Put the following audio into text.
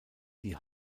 die